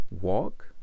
Walk